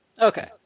Okay